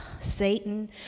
Satan